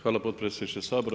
Hvala potpredsjedniče Sabora.